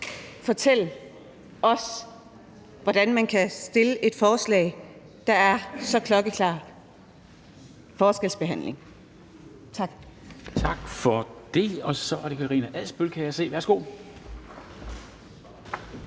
fortælle os, hvordan man kan fremsætte et forslag, der er så klokkeklar forskelsbehandling. Tak.